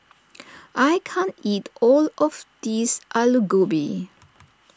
I can't eat all of this Alu Gobi